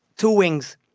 two wings,